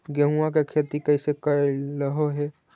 गेहूआ के खेती कैसे कैलहो हे?